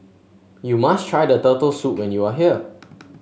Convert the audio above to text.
you must try Turtle Soup when you are here